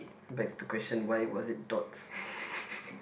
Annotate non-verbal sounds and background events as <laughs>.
begs the question why was it dots <laughs>